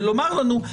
ולומר לנו,